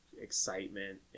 excitement